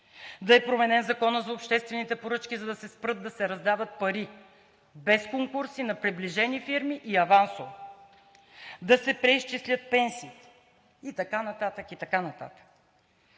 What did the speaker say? Да е променен Законът за обществените поръчки, за да се спрат да се раздават пари без конкурси на приближени фирми и авансово, да се преизчислят пенсиите и така нататък, и така нататък.